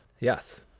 Yes